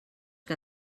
que